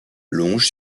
longe